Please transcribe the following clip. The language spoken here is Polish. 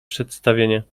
przedstawienie